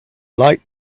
light